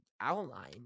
outline